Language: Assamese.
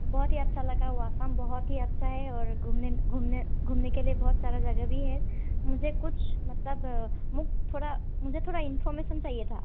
বহতহি আচ্ছা লাগা ৱ আছাম বহত হি আচ্ছা হে অউৰ ঘূমনে কে লিয়ে বহত চাৰা জাগা ভি হে মুঝে কুচ মতলব থ'ৰা ইনফৰ্মেশ্যন চাহিয়ে থা